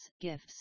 gifts